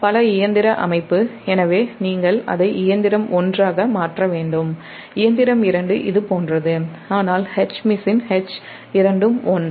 பல இயந்திர அமைப்பு எனவே நீங்கள் அதை இயந்திரம் 1 ஆக மாற்ற வேண்டும் இயந்திரம் 2 இது போன்றது ஆனால் Hmachine Hஇரண்டும் ஒன்றே